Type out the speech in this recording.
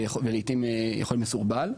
ולעיתים יכול להיות מסורבל,